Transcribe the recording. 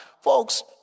folks